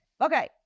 Okay